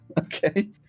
okay